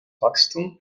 wachstum